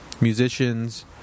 musicians